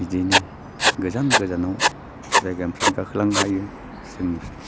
बिदिनो गोजान गोजानाव जायगानिफ्रायनो गाखोलांनो हायो जोंनिफ्राय